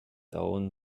own